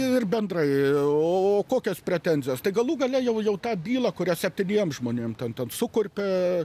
ir bendrai o kokios pretenzijos tai galų gale jau jau tą bylą kurią septyniem žmonėm ten ten sukurpia